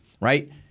right